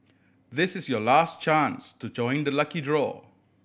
this is your last chance to join the lucky draw